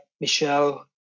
Michelle